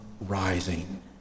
rising